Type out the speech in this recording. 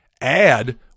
add